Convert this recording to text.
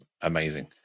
Amazing